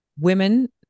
women